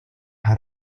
had